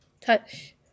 touch